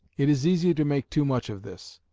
it is easy to make too much of this.